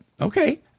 okay